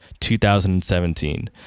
2017